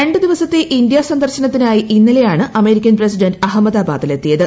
രണ്ടു ദിവസത്തെ ഇന്ത്യാ സന്ദർശനത്തിനായി ഇന്നലെയാണ് അമേരിക്കൻ പ്രസിഡന്റ് അഹമ്മദാബാദിലെത്തിയത്